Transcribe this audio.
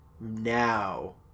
now